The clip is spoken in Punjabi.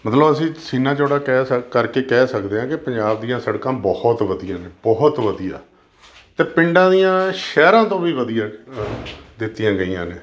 ਮਤਲਬ ਅਸੀਂ ਸੀਨਾ ਚੌੜਾ ਕਹਿ ਸਕ ਕਰਕੇ ਕਹਿ ਸਕਦੇ ਹਾਂ ਕਿ ਪੰਜਾਬ ਦੀਆਂ ਸੜਕਾਂ ਬਹੁਤ ਵਧੀਆ ਬਹੁਤ ਵਧੀਆ ਅਤੇ ਪਿੰਡਾਂ ਦੀਆਂ ਸ਼ਹਿਰਾਂ ਤੋਂ ਵੀ ਵਧੀਆ ਦਿੱਤੀਆਂ ਗਈਆਂ ਨੇ